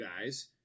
guys